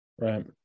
Right